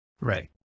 Right